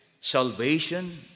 salvation